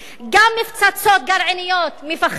גם מפצצות גרעיניות מפחדים.